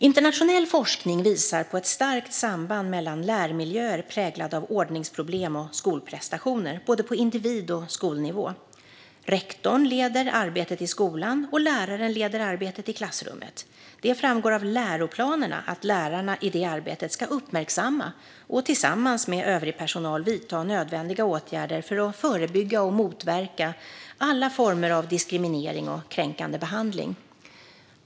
Internationell forskning visar på ett starkt samband mellan lärmiljöer präglade av ordningsproblem och skolprestationer, både på individ och skolnivå. Rektorn leder arbetet i skolan och läraren leder arbetet i klassrummet. Det framgår av läroplanerna att lärarna i det arbetet ska uppmärksamma och tillsammans med övrig personal vidta nödvändiga åtgärder för att förebygga och motverka alla former av diskriminering och kränkande behandling.